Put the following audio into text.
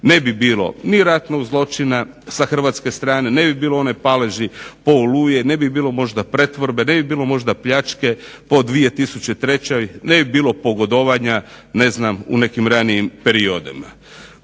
ne bi bilo ni ratnog zločina sa Hrvatske strane, ne bi bilo one paleži po Oluji, ne bi bilo pretvorbe, pljačke o 2003. ne bi bilo pogodovanja u nekim ranijim periodima.